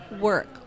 work